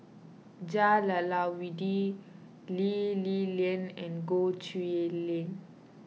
Jah Lelawati Lee Li Lian and Goh Chiew Lye